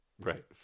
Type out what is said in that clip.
Right